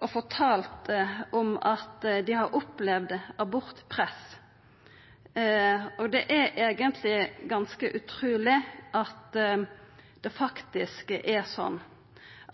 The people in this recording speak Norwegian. og fortalt at dei har opplevd abortpress. Det er eigentleg ganske utruleg at det faktisk er sånn